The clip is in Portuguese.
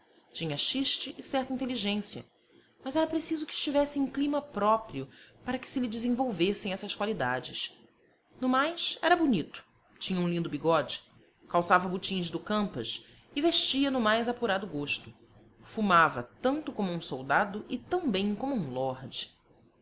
chiste e certa inteligência mas era preciso que estivesse em clima próprio para que se lhe desenvolvessem essas qualidades no mais era bonito tinha um lindo bigode calçava botins do campas e vestia no mais apurado gosto fumava tanto como um soldado e tão bem como um lord